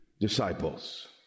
disciples